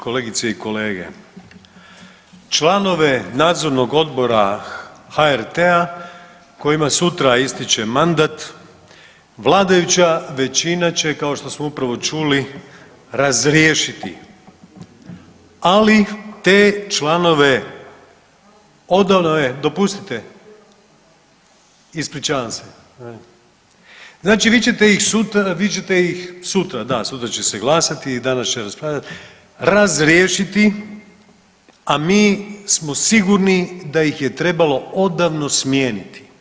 Kolegice i kolege članova nadzornog odbora HRT-a kojima sutra ističe mandat vladajuća većina će kao što smo upravo čuli razriješiti, ali te članove odano je, dopustite, ispričavam se, znači vi ćete ih sutra, vi ćete sutra, da sutra će se glasat i danas će raspravljat, razriješiti a mi smo sigurni da ih je trebalo odavno smijeniti.